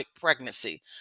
pregnancy